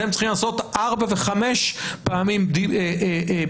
אתם צריכים לעשות ארבע וחמש פעמים בחינות,